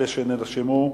אלה שנרשמו: